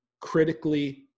critically